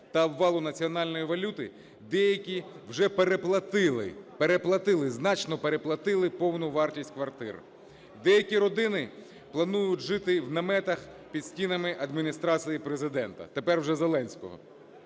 та обвалу національної валюти деякі вже переплатили... переплатили, значно переплатили повну вартість квартир. Деякі родини планують жити в наметах під стінами Адміністрації Президента тепер вже Зеленського,